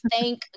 Thank